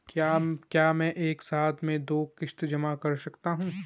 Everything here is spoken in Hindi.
क्या मैं एक ही साथ में दो किश्त जमा कर सकता हूँ?